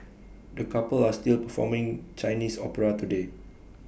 the couple are still performing Chinese opera today